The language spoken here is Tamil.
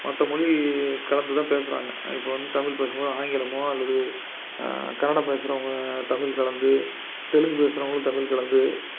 மற்ற மொழி கலந்து தான் பேசறாங்க இப்போ தமிழ் பேசும்போது ஆங்கிலமோ அல்லது கன்னடம் பேசுறவங்க தமிழ் கலந்து தெலுங்கு பேசுறவங்களும் தமிழ் கலந்து